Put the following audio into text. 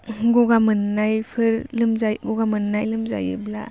ग'गा मोननायफोर लोमजायो ग'गा मोन्नाय लोमजायोब्ला